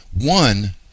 one